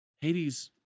Hades